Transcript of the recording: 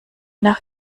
nach